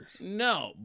No